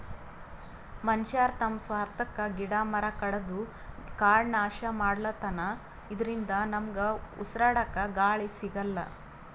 ಮನಶ್ಯಾರ್ ತಮ್ಮ್ ಸ್ವಾರ್ಥಕ್ಕಾ ಗಿಡ ಮರ ಕಡದು ಕಾಡ್ ನಾಶ್ ಮಾಡ್ಲತನ್ ಇದರಿಂದ ನಮ್ಗ್ ಉಸ್ರಾಡಕ್ಕ್ ಗಾಳಿ ಸಿಗಲ್ಲ್